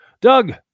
doug